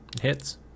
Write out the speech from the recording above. hits